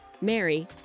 Mary